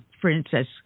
Princess